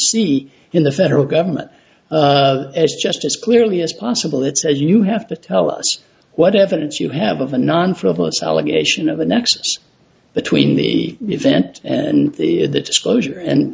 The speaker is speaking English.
see in the federal government as just as clearly as possible it says you have to tell us what evidence you have of a non frivolous allegation of a nexus between the event and the disclosure and